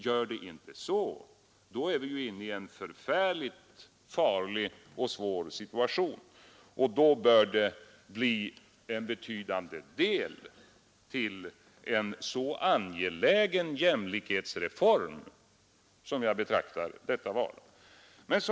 I annat fall, är vi inne i en förfärligt farlig och svår situation. Det bör emellertid bli en betydande del över till en så angelägen jämlikhetsreform som jag anser sänkningen av pensionsåldern vara.